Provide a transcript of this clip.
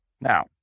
Now